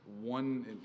one